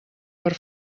per